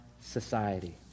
society